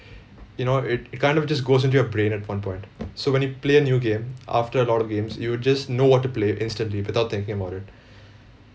you know it it kind of just goes into your brain at one point so when you play a new game after a lot of games you'll just know what to play instantly without thinking about it